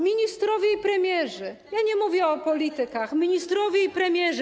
Ministrowie i premierzy, ja nie mówię o politykach, ministrowie i premierzy.